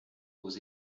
aux